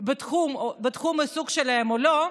בתחום העיסוק שלהם או לא,